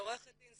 היא עורכת דין.